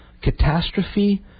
Catastrophe